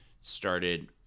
started